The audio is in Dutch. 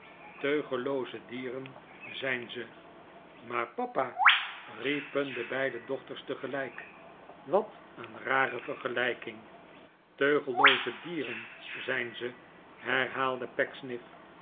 teugellooze dieren zijn ze maar papa riepen de beide dochters tegelijk wat een rare vergelijkingl teugellooze dieren zijn ze herhaalde